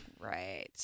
right